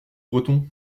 breton